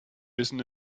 bissen